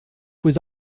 was